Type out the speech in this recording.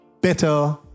better